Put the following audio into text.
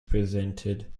presented